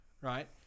right